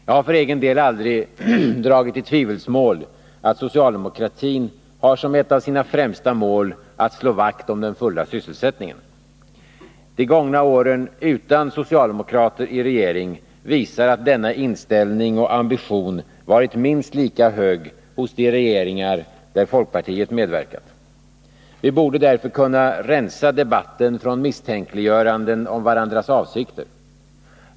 Jag har för egen del aldrig dragit i tvivelsmål att socialdemokratin har som ett av sina främsta mål att slå vakt om den fulla sysselsättningen. De gångna åren utan socialdemokrater i regeringen visar att denna inställning och ambition varit minst lika hög hos de regeringar där folkpartiet medverkat. Vi borde därför kunna rensa debatten från misstänkliggöranden om varandras avsikter.